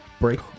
break